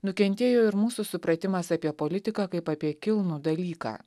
nukentėjo ir mūsų supratimas apie politiką kaip apie kilnų dalyką